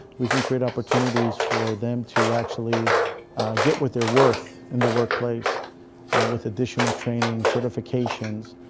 we can create opportunities for them to actually get what they're worth in the workplace with additional training certifications.